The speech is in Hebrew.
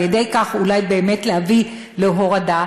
ועל-ידי כך אולי באמת להביא להורדה,